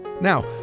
Now